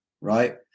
right